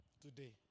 today